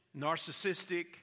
narcissistic